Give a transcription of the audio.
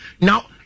Now